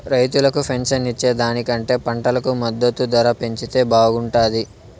రైతులకు పెన్షన్ ఇచ్చే దానికంటే పంటకు మద్దతు ధర పెంచితే బాగుంటాది